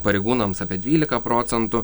pareigūnams apie dvylika procentų